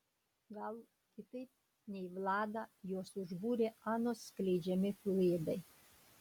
gal kitaip nei vladą juos užbūrė anos skleidžiami fluidai